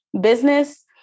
business